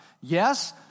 Yes